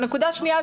נקודה שניה,